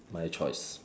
my choice